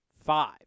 Five